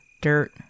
dirt